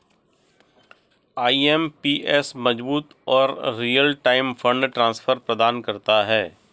IMPS मजबूत और real time fund transfer प्रदान करता है